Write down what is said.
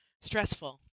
stressful